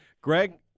Greg